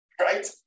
right